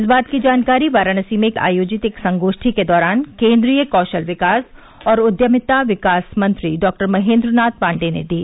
इस बात की जानकारी वाराणसी में आयोजित एक संगोष्ठी के दौरान केन्द्रीय कौशल विकास और उद्यमिता मंत्री डॉक्टर महेन्द्र नाथ पाण्डेय ने दी